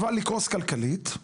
אבל לקרוס כלכלית,